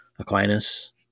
Aquinas